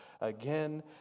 Again